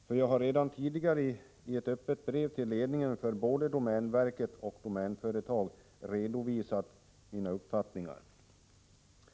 eftersom jag redan tidigare i ett öppet brev till ledningen för både domänverket och Domänföretagen har redovisat mina uppfattningar.